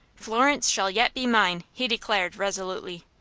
florence shall yet be mine, he declared, resolutely.